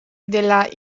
della